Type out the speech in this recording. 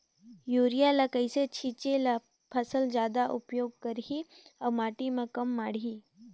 Urea ल कइसे छीचे ल फसल जादा उपयोग करही अउ माटी म कम माढ़ही?